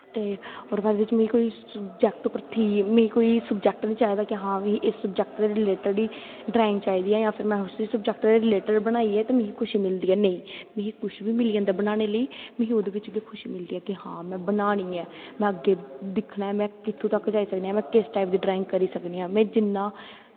ते ओह्दे बाद मिगी कोई सब्जैक्ट उप्पर थीम मीं कोई सब्जैक्ट बी चाहिदा हां में इस सब्जैक्ट दे रिलेटिड ही ड्राईंग चाहिदी ऐ जां फिर उसी सब्जैक्ट दे रिलेटिड बनाइयै ते मिगी खुशी मिलदी ऐ नेईं मिगी कुछ बी मिली जंदा बनाने लेई मिगी ओह्दे बिच्च गै खुशी मिलदी ऐ कि हां में बनानी ऐ में अग्गें दिक्खना ऐ में कित्थूं तक जाई सकनी आं में किस टाईप दी ड्राईंग करी सकनी आं में जिन्ना